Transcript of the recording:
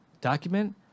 document